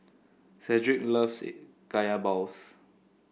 Cedric loves Kaya Balls